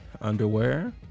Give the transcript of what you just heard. underwear